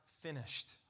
finished